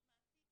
משמעתי,